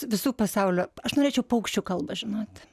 visų pasaulio aš norėčiau paukščių kalbą žinoti